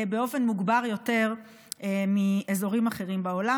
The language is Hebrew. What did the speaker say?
באופן מוגבר יותר מאזורים אחרים בעולם,